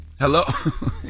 hello